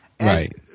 Right